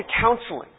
counseling